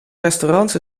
restaurants